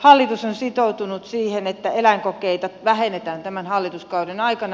hallitus on sitoutunut siihen että eläinkokeita vähennetään tämän hallituskauden aikana